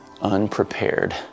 unprepared